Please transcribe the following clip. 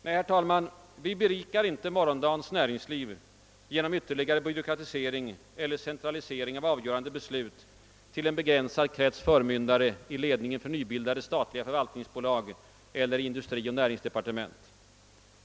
Nej, herr talman, vi berikar inte morgondagens näringsliv genom ytterligare byråkratisering eller centralisering av besluten till en begränsad krets »förmyndare» i ledningen för nybildade statliga förvaltningsbolag eller industrioch näringsdepartement.